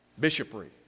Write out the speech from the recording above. bishopry